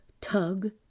tug